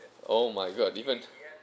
oh my god different